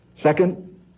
Second